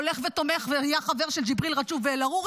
הולך ותומך ונהיה חבר של ג'יבריל רג'וב ואל עארורי,